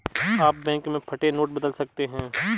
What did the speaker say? आप बैंक में फटे नोट बदल सकते हैं